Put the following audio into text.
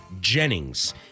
Jennings